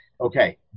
okay